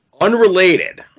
Unrelated